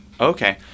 Okay